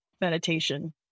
Meditation